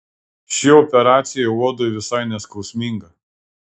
ši operacija uodui visai neskausminga